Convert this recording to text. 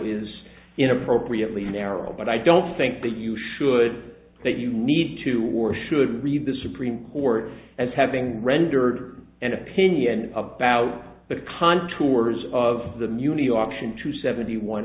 is in appropriately narrow but i don't think that you should that you need to or should read the supreme court as having rendered an opinion about the contours of the muni option to seventy one